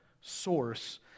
source